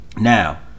Now